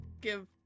give